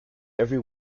every